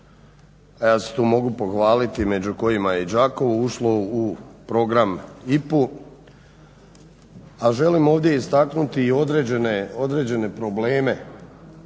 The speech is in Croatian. ja se tu mogu pohvaliti među kojima je i Đakovo ušlo u program IPA-u. A želim ovdje istaknuti i određene probleme